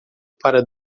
para